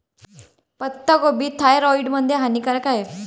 पत्ताकोबी थायरॉईड मध्ये हानिकारक आहे